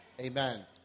Amen